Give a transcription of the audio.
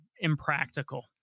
impractical